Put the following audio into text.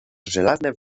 żelazne